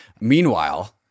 Meanwhile